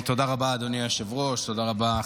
תודה רבה,